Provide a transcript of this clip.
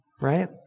Right